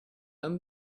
and